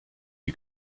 you